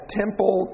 temple